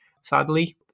sadly